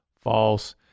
false